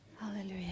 hallelujah